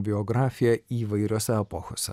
biografija įvairiose epochose